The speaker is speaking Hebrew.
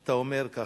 אתה אומר ככה: